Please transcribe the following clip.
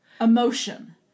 emotion